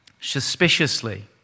suspiciously